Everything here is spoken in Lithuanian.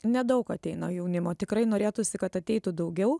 nedaug ateina jaunimo tikrai norėtųsi kad ateitų daugiau